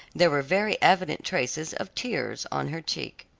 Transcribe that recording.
there were very evident traces of tears on her cheek.